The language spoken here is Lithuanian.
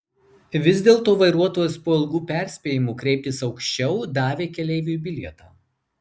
vis dėlto vairuotojas po ilgų perspėjimų kreiptis aukščiau davė keleiviui bilietą